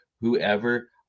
whoever